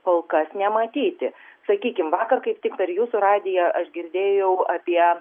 kol kas nematyti sakykim vakar kaip tik per jūsų radiją aš girdėjau apie